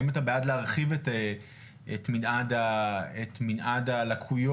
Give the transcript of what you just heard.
האם אתה בעד להרחיב את מינעד הלקויות,